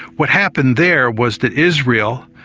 what happened there was that israel,